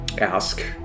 ask